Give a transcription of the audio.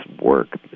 work